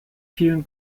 fielen